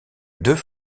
deux